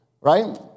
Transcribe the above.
right